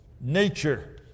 nature